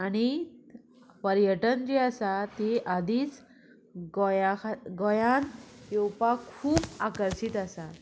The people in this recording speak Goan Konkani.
आनी पर्यटन जी आसा ती आदींच गोंयां खा गोंयान येवपाक खूब आकर्शीत आसा